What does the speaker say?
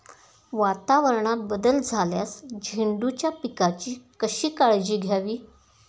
वातावरणात बदल झाल्यास झेंडूच्या पिकाची कशी काळजी घ्यावी?